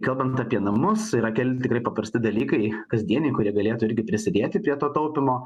kalbant apie namus yra keli tikri paprasti dalykai kasdieniai kurie galėtų irgi prisidėti prie to taupymo